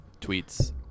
tweets